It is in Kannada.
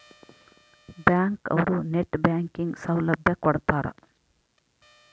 ಬ್ಯಾಂಕ್ ಅವ್ರು ನೆಟ್ ಬ್ಯಾಂಕಿಂಗ್ ಸೌಲಭ್ಯ ಕೊಡ್ತಾರ